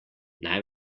naj